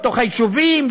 לתוך היישובים,